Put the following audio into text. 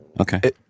Okay